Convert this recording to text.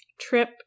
Trip